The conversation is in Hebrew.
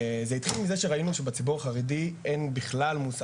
זה התחיל מזה שראינו שבציבור החרדי אין בכלל מושג,